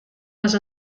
les